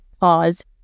pause